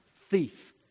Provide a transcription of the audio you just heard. Thief